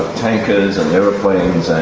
tankers and aeroplanes and